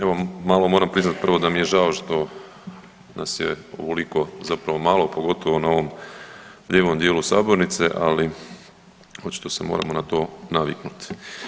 Evo, malo moram priznat prvo da mi je žao što nas je ovoliko zapravo malo, pogotovo na ovom lijevom dijelu sabornice, ali očito se moramo na to naviknuti.